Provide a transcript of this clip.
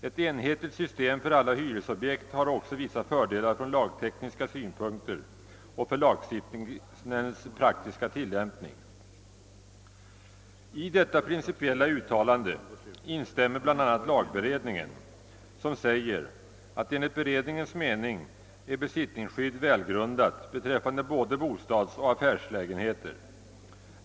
Ett enhetligt system för alla hyresobjekt har också vissa fördelar från lagtekniska synpunkter och för lagstiftningens praktiska tillämpning». I detta principiella uttalande instämmer bl.a. lagberedningen, som säger att enligt beredningens mening är besittningsskydd välgrundat beträffande både bostadsoch affärslägenheter.